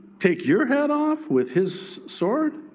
take your head off with his sword,